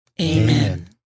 Amen